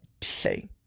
today